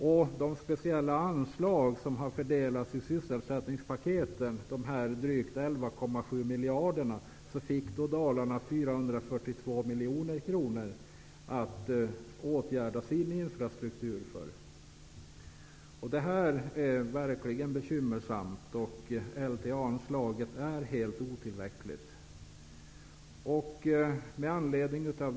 Av de speciella anslag som har fördelats genom sysselsättningspaketen, dvs. drygt 11,7 miljarder, fick Dalarna 442 miljoner kronor för åtgärder för att förbättra sin infrastruktur. Detta är verkligen bekymmersamt: LTA-anslaget är helt otillräckligt. Fru talman!